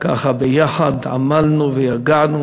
ככה ביחד עמלנו ויגענו